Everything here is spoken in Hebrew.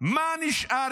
מה נשאר,